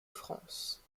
france